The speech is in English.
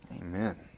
Amen